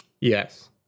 Yes